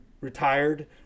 retired